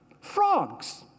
frogs